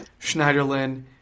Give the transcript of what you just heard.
Schneiderlin